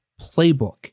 playbook